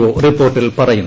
O റിപ്പോർട്ടിൽപ്പർയുന്നു